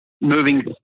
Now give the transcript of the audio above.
moving